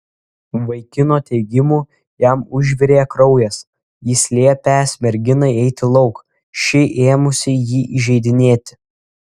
vaikino teigimu jam užvirė kraujas jis liepęs merginai eiti lauk ši ėmusi jį įžeidinėti